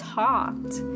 talked